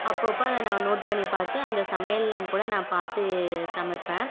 அப்பப்போ அதை நான் நோட் பண்ணி பார்த்து அந்த சமையெல்லாம் கூட நான் பார்த்து சமைப்பேன்